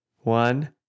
one